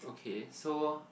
okay so